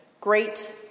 great